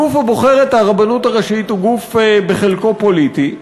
הגוף הבוחר את הרבנות הראשית הוא בחלקו גוף פוליטי,